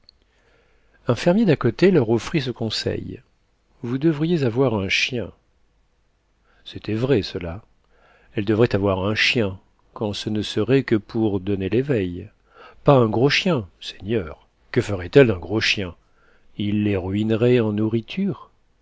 un fermier d'à côté leur offrit ce conseil vous devriez avoir un chien c'était vrai cela elles devraient avoir un chien quand ce ne serait que pour donner l'éveil pas un gros chien seigneur que feraient elles d'un gros chien il les ruinerait en nourriture